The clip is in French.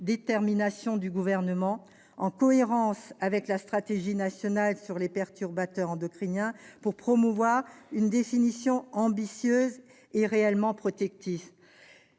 détermination du Gouvernement, en cohérence avec la stratégie nationale sur les perturbateurs endocriniens, pour promouvoir une définition ambitieuse et réellement protectrice.